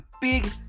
big